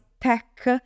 tech